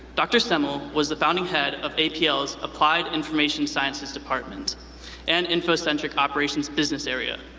dr. semmel was the founding head of apl's applied information sciences department and infocentric operations business area.